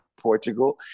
portugal